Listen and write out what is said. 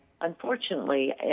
Unfortunately